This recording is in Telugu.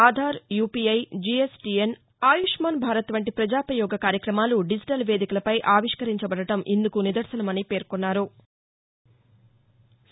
ఆధార్ యుపిఐ జిఎస్టీఎన్ ఆయుష్నాన్ భారత్ వంటి ప్రజోపయోగ కార్యక్రమాలు డిజిటల్ వేదికలపై ఆవిష్కరించబడడం ఇందుకు నిదర్భనమని పేర్కొన్నారు